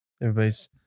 everybody's